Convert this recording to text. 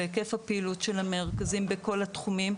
בהיקף הפעילות בכל התחומים.